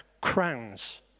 crowns